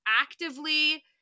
actively